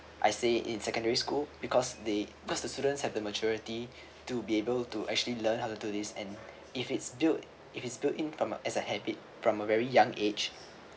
I say in secondary school because they because the students have the maturity to be able to actually learn how to do this and if it's built if is built in from as a habit from a very young age